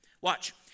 Watch